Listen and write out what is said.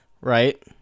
right